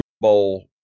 Bowl